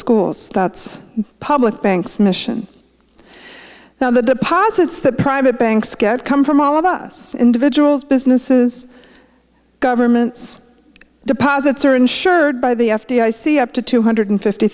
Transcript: schools that's public banks mission now the deposits that private banks get come from all of us individuals businesses governments deposits are insured by the f b i see up to two hundred fifty